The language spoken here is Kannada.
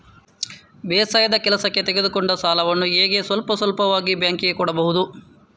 ಬೇಸಾಯದ ಕೆಲಸಕ್ಕೆ ತೆಗೆದುಕೊಂಡ ಸಾಲವನ್ನು ಹೇಗೆ ಸ್ವಲ್ಪ ಸ್ವಲ್ಪವಾಗಿ ಬ್ಯಾಂಕ್ ಗೆ ಕೊಡಬಹುದು?